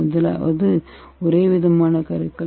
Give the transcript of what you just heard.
முதலாவது ஒரேவிதமான கருக்கள்